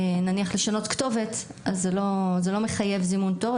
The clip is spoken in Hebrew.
נניח לשנות כתובת, אז זה לא מחייב זימון תור.